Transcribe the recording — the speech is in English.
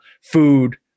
food